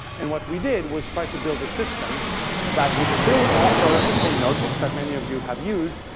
and what we did was try to build a system that would still offer the same notebooks that many of you have used,